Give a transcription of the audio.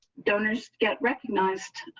donors get recognized